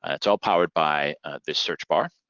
ah it's all powered by this search bar.